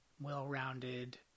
well-rounded